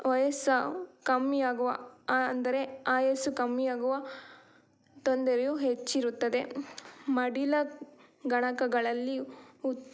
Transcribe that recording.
ವಯಸ್ಸು ಕಮ್ಮಿ ಆಗುವ ಅಂದರೆ ಆಯಸ್ಸು ಕಮ್ಮಿ ಆಗುವ ತೊಂದರೆಯೂ ಹೆಚ್ಚಿರುತ್ತದೆ ಮಡಿಲ ಗಣಕಗಳಲ್ಲಿ